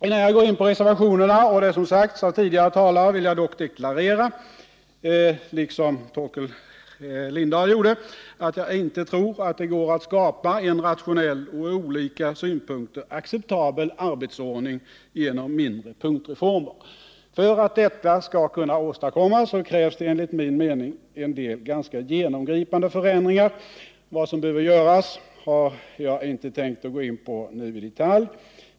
Innan jag går in på reservationerna och det som sagts av tidigare talare vill jag dock, liksom Torkel Lindahl gjorde, klargöra att jag inte tror att det går att skapa en rationell och från olika synpunkter acceptabel arbetsordning genom 107 mindre punktreformer. För att detta skall kunna åstadkommas krävs det enligt min mening en del ganska genomgripande förändringar. Vad som behöver göras har jag tänkt att inte nu gå in på i detalj.